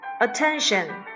attention